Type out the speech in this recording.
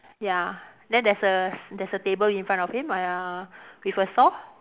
ya then there's a s~ there's a table in front of him uh ya with a saw